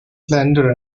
slender